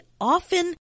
often